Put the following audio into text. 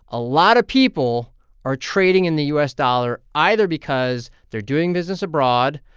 a lot of people are trading in the u s. dollar either because they're doing business abroad,